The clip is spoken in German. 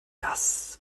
das